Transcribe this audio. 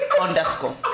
underscore